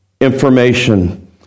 information